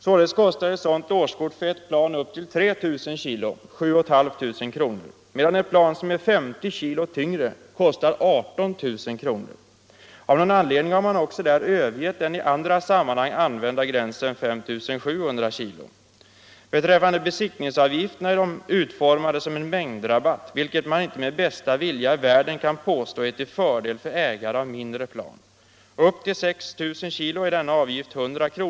Således kostar ett sådant årskort för ett plan upp till 3 000 kg 7 500 kr., medan årskortet för ett plan som är 50 kg tyngre kostar 18 000 kr. Av någon 145 gens ekonomiska förhållanden anledning har man också här övergett den i andra sammanhang använda gränsen 5 700 kg. Besiktningsavgifterna är utformade så att man tillämpar en mängdrabatt, vilket man inte med bästa vilja i världen kan påstå är till fördel för ägare av mindre plan. Upp till 6 000 kg är denna avgift 100 kr.